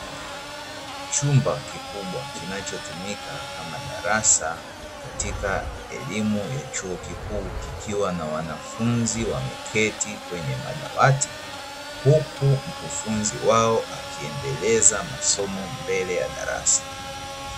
Chumba kikubwa kinachotumika kama darasa, katika elimu ya chuo kikuu kikiwa na wanafunzi wameketi kwenye madawati, huku mkufunzi wao akiendeleza masomo mbele ya darasa.